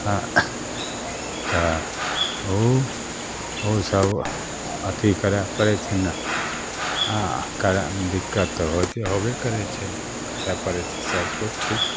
हँ तऽ उ उ सब अथी करय पड़य छै ने हँ करऽमे दिक्कत तऽ होबे करय छै करय पड़य छै सब किछु ठीक